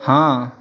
ହଁ